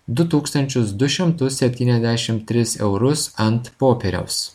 du tūkstančius du šimtus septyniasdešim tris eurus ant popieriaus